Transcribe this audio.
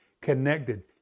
connected